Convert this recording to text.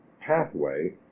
pathway